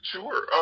Sure